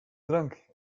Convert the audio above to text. drank